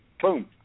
Boom